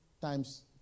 times